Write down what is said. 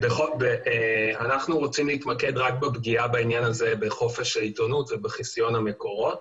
אנחנו רוצים להתמקד רק בפגיעה בחופש העיתונות ובחיסיון המקורות.